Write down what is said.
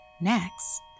Next